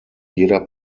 jeder